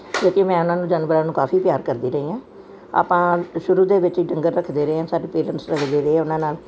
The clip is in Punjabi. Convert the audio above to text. ਕਿਉਂਕਿ ਮੈਂ ਉਹਨਾਂ ਨੂੰ ਜਾਨਵਰਾਂ ਨੂੰ ਕਾਫ਼ੀ ਪਿਆਰ ਕਰਦੀ ਰਹੀ ਹਾਂ ਆਪਾਂ ਸ਼ੁਰੂ ਦੇ ਵਿੱਚ ਡੰਗਰ ਰੱਖਦੇ ਰਹੇ ਹਾਂ ਸਾਡੇ ਪੇਰੈਂਟਸ ਰੱਖਦੇ ਰਹੇ ਉਹਨਾਂ ਨਾਲ